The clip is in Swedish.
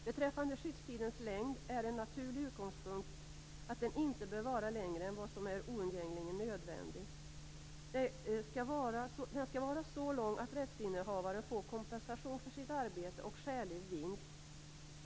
Beträffande skyddstidens längd är en naturlig utgångspunkt att den inte bör vara längre än vad som är oundgängligen nödvändigt. Den skall vara så lång att rättsinnehavaren får kompensation för sitt arbete och skälig vinst.